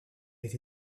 été